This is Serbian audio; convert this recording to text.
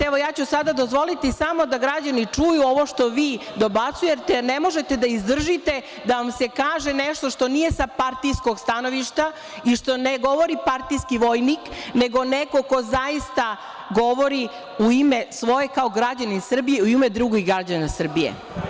Evo, ja ću sada dozvoliti samo da građani čuju ovo što vi dobacujete, jer ne možete da izdržite da vam se kaže nešto što nije sa partijskog stanovišta i što ne govori partijski vojnik, nego neko ko zaista govori u ime svoje kao građanin Srbije i u ime drugih građana Srbije.